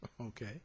Okay